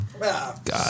God